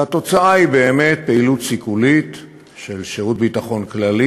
והתוצאה היא באמת פעילות סיכולית של שירות הביטחון הכללי,